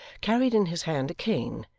carried in his hand a cane,